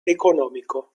economico